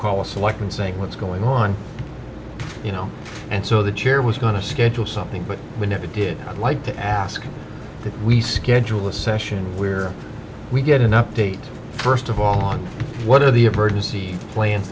call a selectman saying what's going on you know and so the chair was going to schedule something but we never did i'd like to ask that we schedule a session where we get an update first of all on one of the emergency plan